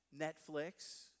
Netflix